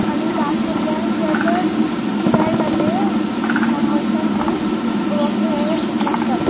आनी ल्हान भुरग्यांक या तर पिराय जाल्ल्या मनशांक बी वक्ल हें लागतात